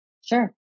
Sure